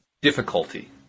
difficulty